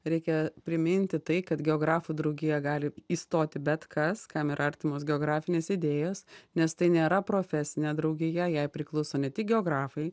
reikia priminti tai kad geografų draugiją gali įstoti bet kas kam yra artimos geografinės idėjos nes tai nėra profesinė draugija jai priklauso ne tik geografai